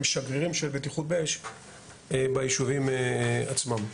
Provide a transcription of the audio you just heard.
שגרירים של בטיחות באש ביישובים עצמם.